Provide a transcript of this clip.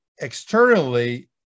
externally